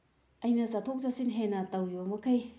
ꯑꯩꯅ ꯆꯠꯊꯣꯛ ꯆꯠꯁꯤꯟ ꯍꯦꯟꯅ ꯇꯧꯔꯤꯕꯃꯈꯩ